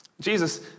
Jesus